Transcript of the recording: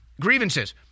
grievances